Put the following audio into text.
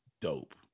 dope